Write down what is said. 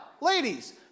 ladies